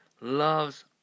loves